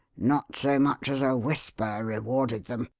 not so much as a whisper rewarded them.